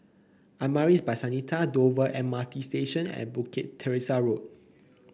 Amaris By Santika Dover M R T Station and Bukit Teresa Road